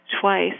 twice